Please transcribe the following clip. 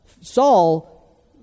Saul